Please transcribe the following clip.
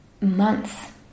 months